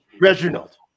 Reginald